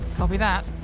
copy that.